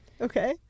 Okay